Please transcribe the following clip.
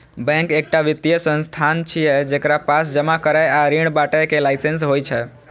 bank एकटा वित्तीय संस्थान छियै, जेकरा पास जमा करै आ ऋण बांटय के लाइसेंस होइ छै